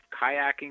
kayaking